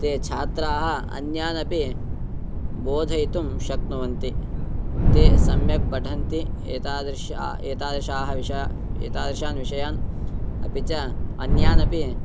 ते छात्राः अन्यानपि बोधयितुं शक्नुवन्ति ते सम्यक् पठन्ति एतादृश एतादृश विषयाः एतादृशान् विषयान् अपि च अन्यानपि